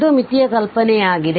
ಇದು ಮಿತಿಯ ಕಲ್ಪನೆಯಾಗಿದೆ